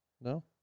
No